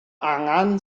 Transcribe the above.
angan